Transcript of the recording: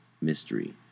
mystery